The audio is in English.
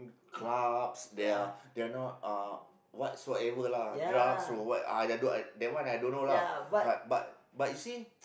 clubs they are they are not uh whatsoever lah drugs or what uh that do that one I don't know lah but but but you see